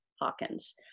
Hawkins